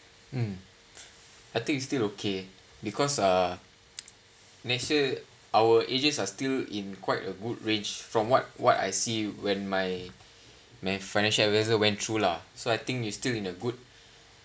mm I think it's still okay because uh next year our ages are still in quite a good ranged from what what I see when my my when financial adviser went through lah so I think is still in